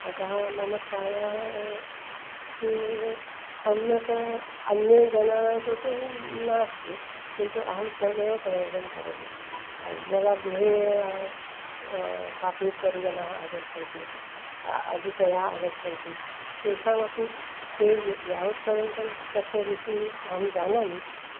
अतः मम चायः तु सम्यक् अन्ये जनानां कृते नास्ति किन्तु अहं तदेव प्रयोगं करोमि यदा गृहे केपि परिजनाः आगच्छन्ति अतिथयः आगच्छन्ति तेषामपि ते ये यावत्पर्यन्तं तस्य रुचिः अहं जानामि